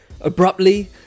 abruptly